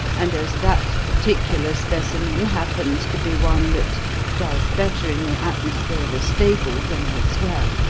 and as that particular specimen happens to be one that does better in the atmosphere of a stable than elsewhere,